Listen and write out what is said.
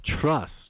trust